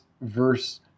verse